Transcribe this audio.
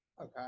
Okay